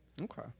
Okay